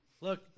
Look